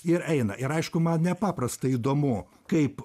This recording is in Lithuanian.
ir eina ir aišku man nepaprastai įdomu kaip